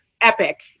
epic